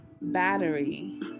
battery